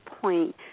point